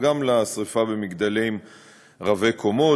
גם לשרפה במגדלים רבי-קומות,